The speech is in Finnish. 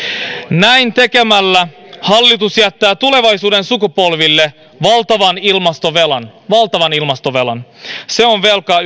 näin tekemällä hallitus jättää tulevaisuuden sukupolville valtavan ilmastovelan valtavan ilmastovelan se on velka